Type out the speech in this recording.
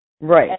Right